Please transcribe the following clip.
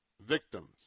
victims